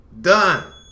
done